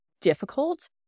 difficult